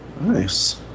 Nice